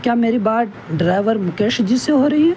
کیا میری بات ڈرائیور مکیش جی سے ہو رہی ہے